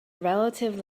relative